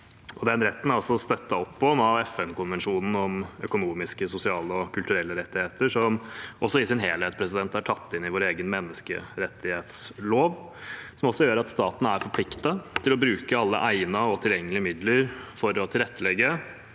Den retten er også støttet opp om av FN-konvensjonen om økonomiske, sosiale og kulturelle rettigheter, som også i sin helhet er tatt inn i vår egen menneskerettslov. Det gjør også at staten er forpliktet til å bruke alle egnede og tilgjengelige midler for å tilrettelegge